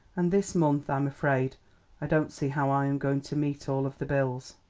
and this month i'm afraid i don't see how i am going to meet all of the bills.